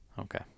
Okay